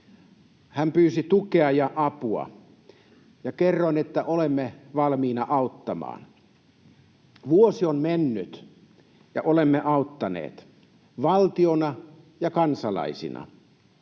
Hän pyysi tukea ja apua, ja kerroin, että olemme valmiina auttamaan. Vuosi on mennyt, ja olemme auttaneet valtiona ja kansalaisina.